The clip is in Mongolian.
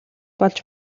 болж